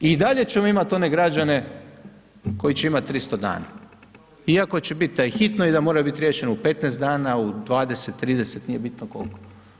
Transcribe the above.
I dalje ćemo imati one građane koji će imat 300 dana iako će bit da je hitno i da mora bit riješeno u 15 dana, u 20, 30, nije bitno koliko.